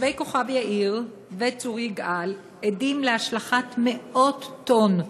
תושבי כוכב יאיר וצור יגאל עדים להשלכת מאות טונות